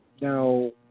Now